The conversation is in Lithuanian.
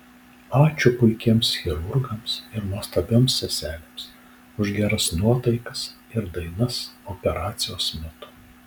ačiū puikiems chirurgams ir nuostabioms seselėms už geras nuotaikas ir dainas operacijos metu